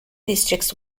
districts